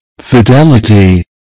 fidelity